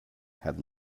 had